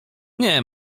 nie